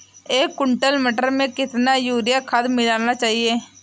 एक कुंटल मटर में कितना यूरिया खाद मिलाना चाहिए?